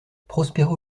prospero